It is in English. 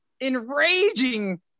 enraging